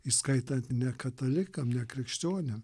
įskaitant ne katalikam ne krikščionim